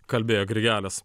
kalbėjo grigelis